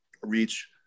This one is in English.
reach